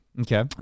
Okay